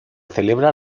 celebra